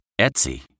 Etsy